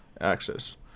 access